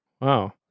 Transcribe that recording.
Wow